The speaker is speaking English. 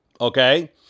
okay